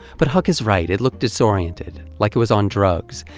but huck is right, it looked disoriented, like it was on drugs,